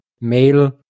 male